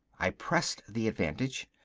i pressed the advantage.